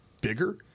bigger